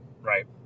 right